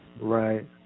Right